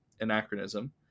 anachronism